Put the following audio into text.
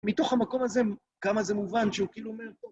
מתוך המקום הזה, כמה זה מובן שהוא כאילו אומר...